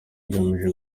igamije